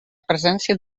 presència